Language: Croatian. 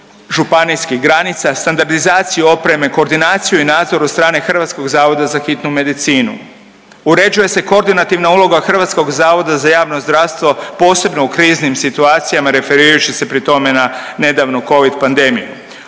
županijskih granica, standardizaciju opreme, koordinaciju i nadzor od strane Hrvatskog zavoda za hitnu medicinu. Uređuje se koordinativna uloga HZJZ-a posebno u kriznim situacijama referirajući se pri tome na nedavnu Covid pandemiju.